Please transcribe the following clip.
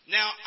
Now